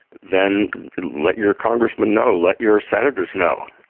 then let your congressman know let your senators know